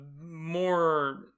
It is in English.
more